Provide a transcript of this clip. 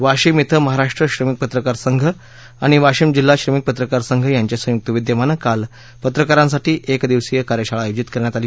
वाशिम इथं महाराष्ट्र श्रमिक पत्रकार संघ आणि वाशिम जिल्हा श्रमिक पत्रकार संघ यांच्या संयुक्त विद्यमाने काल पत्रकारांसाठी एकदिवशीय कार्यशाळा घण्यात आली